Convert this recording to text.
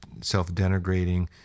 self-denigrating